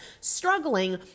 struggling